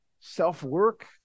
self-work